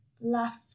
left